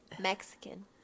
Mexican